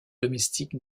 domestique